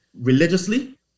religiously